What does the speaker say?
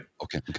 okay